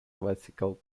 classical